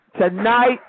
Tonight